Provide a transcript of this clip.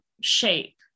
shape